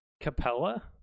Capella